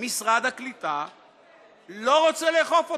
המשרד לא רוצה לאכוף אותה.